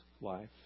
life